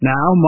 Now